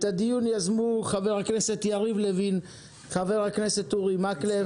את הדיון יזמו חברי הכנסת יריב לוין ואורי מקלב.